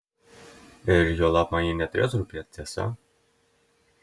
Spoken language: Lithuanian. ir juolab man ji neturėtų rūpėti tiesa